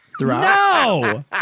No